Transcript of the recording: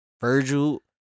Virgil